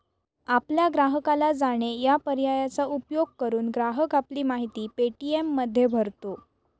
आपल्या ग्राहकाला जाणे या पर्यायाचा उपयोग करून, ग्राहक आपली माहिती पे.टी.एममध्ये भरतो